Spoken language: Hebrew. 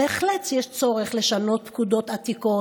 בהחלט יש צורך לשנות פקודות עתיקות,